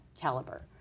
caliber